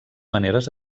maneres